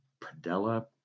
Padella